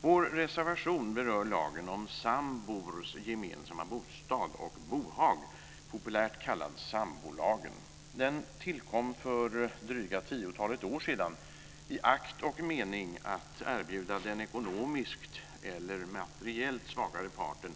Vår reservation berör lagen om sambors gemensamma bostad och bohag, populärt kallad sambolagen. Den tillkom för dryga tiotalet år sedan i akt och mening att erbjuda den ekonomiskt eller materiellt svagare parten